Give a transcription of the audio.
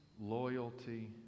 loyalty